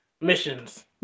Missions